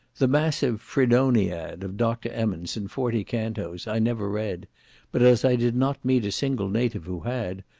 the massive fredoniad of dr. emmons, in forty cantos, i never read but as i did not meet a single native who had,